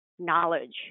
knowledge